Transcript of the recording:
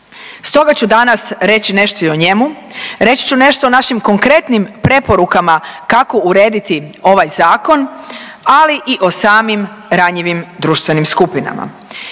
Stoga ću danas reći nešto i o njemu, reći ću nešto o našim konkretnim preporukama kako urediti ovaj zakon, ali i o samim ranjivim društvenim skupinama.